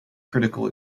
critical